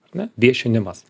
ar ne viešinimas